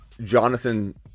Jonathan